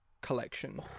collection